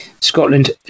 Scotland